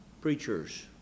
Preachers